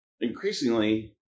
increasingly